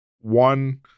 One